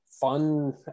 fun